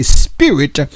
spirit